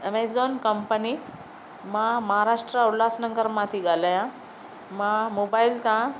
Amazon company मां महाराष्ट्र उल्हासनगर मां थी ॻाल्हायां मां मोबाइल खां